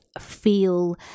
feel